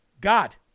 God